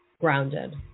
grounded